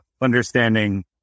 understanding